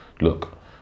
Look